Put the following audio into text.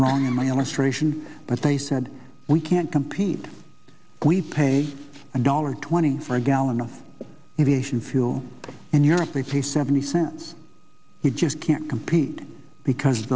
my illustration but they said we can't compete we pay a dollar twenty for a gallon of efficient fuel in europe they pay seventy cents he just can't compete because